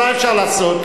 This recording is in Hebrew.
מה אפשר לעשות,